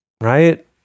right